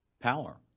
power